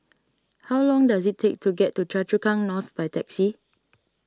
how long does it take to get to Choa Chu Kang North by taxi